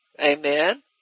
Amen